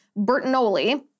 Bertinoli